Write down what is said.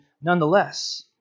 nonetheless